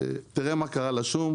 תראה מה קרה לשום,